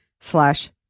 slash